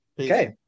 Okay